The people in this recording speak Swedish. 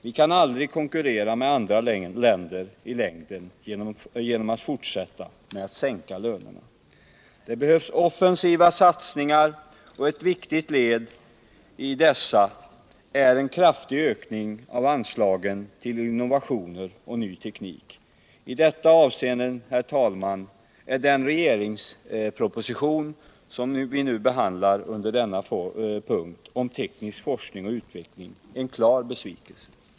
Vi kan ju aldrig konkurrera med andra länder genom att fortsätta med att sänka lönerna. Det behövs offensiva satsningar, och ett viktigt led i dessa är en kraftig ökning av anslagen till innovationer och ny teknik. I dessa avseenden, herr talman, är den regeringsproposition om teknisk forskning och utveckling som vi nu behandlar en klar besvikelse.